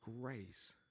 grace